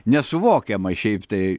nesuvokiama šiaip tai